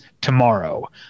Tomorrow